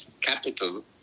Capital